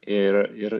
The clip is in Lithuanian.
ir ir